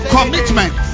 Commitment